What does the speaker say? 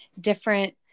different